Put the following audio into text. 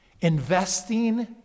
investing